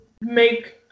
make